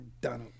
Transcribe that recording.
Donald